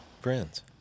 Friends